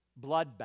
bloodbath